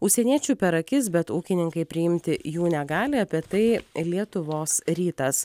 užsieniečių per akis bet ūkininkai priimti jų negali apie tai ir lietuvos rytas